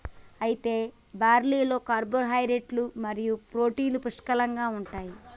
అయితే బార్లీలో కార్పోహైడ్రేట్లు మరియు ప్రోటీన్లు పుష్కలంగా ఉంటాయి